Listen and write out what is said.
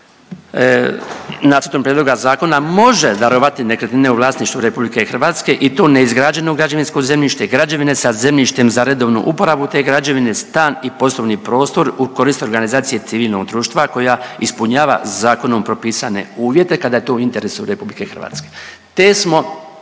nacrtom prijedloga zakona može darovati nekretnine u vlasništvu RH i to neizgrađeno građevinsko zemljište, građevine sa zemljištem za redovnu uporabu te građevine, stan i poslovni prostor u korist organizacije civilnog društva koja ispunjava zakonom propisane uvjete kada je to u interesu RH. Te smo